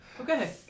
Okay